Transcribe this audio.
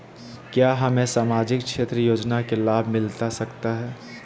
क्या हमें सामाजिक क्षेत्र योजना के लाभ मिलता सकता है?